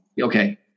Okay